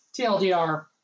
TLDR